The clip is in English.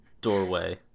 doorway